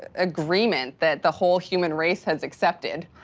ah agreement that the whole human race has accepted,